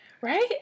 right